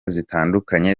zitandukanye